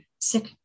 sick